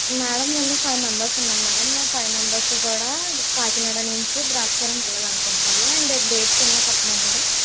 madam మేము five members ఉన్నాము madam మేము ఫైవ్ మెంబర్స్ కూడా కాకినాడ నుండి ద్రాక్షారామం వెళ్ళాలి అనుకుంటున్నాము అండ్ డేట్స్ ఏమైనా చెప్పమంటారా